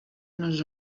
nos